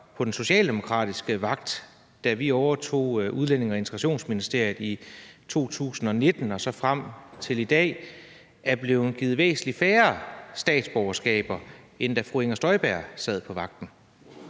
på den socialdemokratiske vagt, da vi overtog Udlændinge- og Integrationsministeriet i 2019 og så frem til i dag, er blevet givet væsentlig færre statsborgerskaber, end da fru Inger Støjberg sad på vagten.